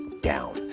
down